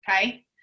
Okay